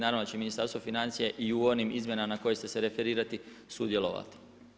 Naravno da će Ministarstvo financija i u onim izmjenama na koje ste se referirali sudjelovati.